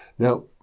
Now